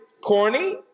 corny